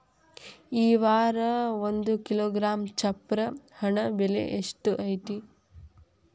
ಈ ವಾರ ಒಂದು ಕಿಲೋಗ್ರಾಂ ಚಪ್ರ ಹಣ್ಣ ಬೆಲೆ ಎಷ್ಟು ಐತಿ?